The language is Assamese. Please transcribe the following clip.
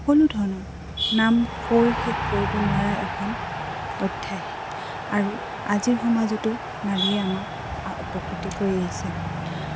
সকলো ধৰণৰ নাম কৈ শেষ কৰিব নোৱাৰা এখন অধ্যায় আৰু আজিৰ সমাজতো নাৰীয়ে আমাক উপকৃত কৰি আহিছে